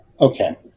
Okay